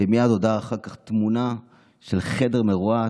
ומייד הודעה, אחר כך תמונה של חדר מרוהט,